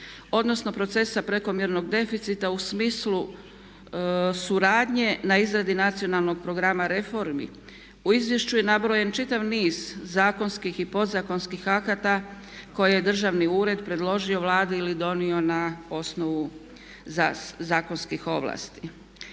odnosno procesa prekomjernog deficita u smislu suradnje na izradi nacionalnog programa reformi. U izvješću je nabrojen čitav niz zakonskih i podzakonskih akata koje je državni ured predložio Vladi ili donio na osnovu zakonskih ovlasti.